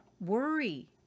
worry